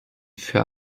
für